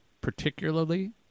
particularly